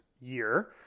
year